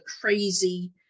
crazy